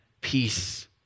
peace